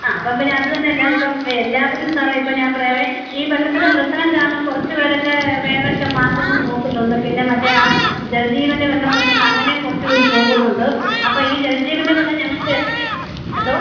ആ അപ്പം പിന്നെ അത് തന്നെ അല്ല ഇപ്പം എല്ലാവരും സാറേ ഇപ്പം ഞാൻ പറയാവേ ഈ വെള്ളത്തിൻ്റെ പ്രശ്നം കാരണം കുറച്ച് പേരൊക്കെ വേറെ ഒക്കെ മാർഗ്ഗങ്ങൾ നോക്കുന്നുണ്ട് പിന്നെ മറ്റേ ആ ജനജീവൻ്റെ വെള്ളം വരുന്നതുകൊണ്ട് എങ്ങനെയും കുറച്ച് പേര് പോകുന്നുണ്ട് അപ്പോൾ ഈ ജനജീവൻ്റെ വെള്ളം ഞങ്ങൾക്ക് എന്തോ